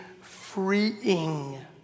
freeing